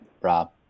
Rob